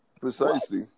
Precisely